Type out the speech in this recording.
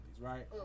right